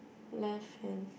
left hand